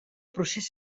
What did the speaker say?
procés